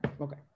Okay